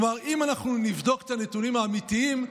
כלומר, אם נבדוק את הנתונים האמיתיים,